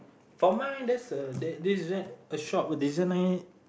from mine that's a there's a shop designer